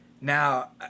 Now